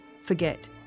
Forget